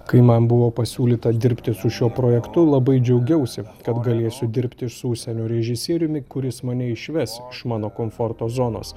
kai man buvo pasiūlyta dirbti su šiuo projektu labai džiaugiausi kad galėsiu dirbti su užsienio režisieriumi kuris mane išves iš mano komforto zonos